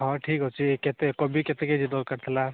ହଁ ଠିକ୍ ଅଛି କେତେ କୋବି କେତେ କେ ଜି ଦରକାର ଥିଲା